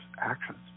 actions